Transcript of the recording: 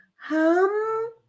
Hum